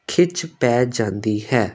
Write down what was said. ਖਿੱਚ ਪੈ ਜਾਂਦੀ ਹੈ